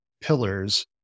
pillars